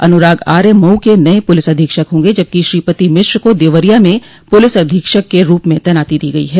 अनुराग आर्य मऊ के नये पुलिस अधीक्षक होंगे जबकि श्रीपति मिश्र को देवरिया में पुलिस अधीक्षक के रूप में तैनाती दी गई है